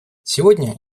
сегодня